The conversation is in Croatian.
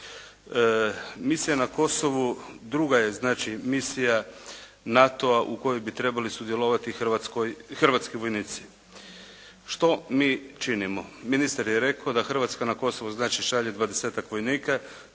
Misija na Kosovu druga je znači misija NATO-a u kojoj bi trebali sudjelovati hrvatskoj, hrvatski vojnici. Što mi činimo? Ministar je rekao da Hrvatska na Kosovo znači šalje dvadesetak